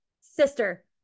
sister